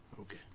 Okay